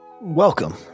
welcome